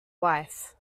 wife